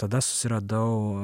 tada suradau